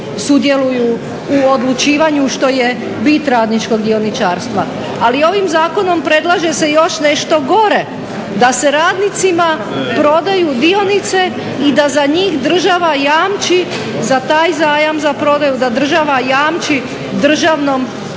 sudjeluju u odlučivanju što je bit radničkog dioničarstva. Ali ovim zakonom predlaže se još nešto gore da se radnicima prodaju dionice i da za njih država jamči za taj zajam za prodaju da država jamči državnom imovinom